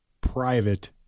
private